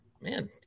Man